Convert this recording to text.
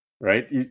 right